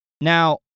Now